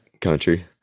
country